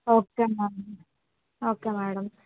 okay ma'am okay madam